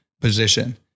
position